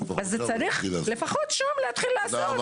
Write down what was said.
צריך לפחות שם להתחיל לעשות.